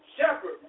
shepherd